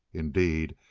indeed,